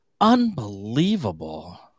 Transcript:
Unbelievable